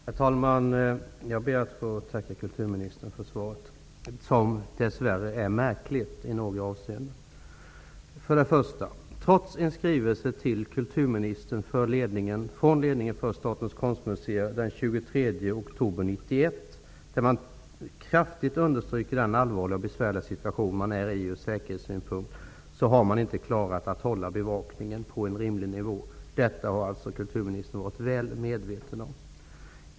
Herr talman! Jag ber att få tacka kulturministern för svaret som dess värre är märkligt i några avseenden. För det första: Trots en skrivelse till kulturministern från ledningen för Statens konstmuseer den 23 oktober 1991, där man kraftigt underströk den från säkerhetssynpunkt allvarliga och besvärliga situationen, har man inte klarat av att hålla bevakningen på en rimlig nivå. Detta har kulturministern varit väl medveten om.